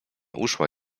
uszła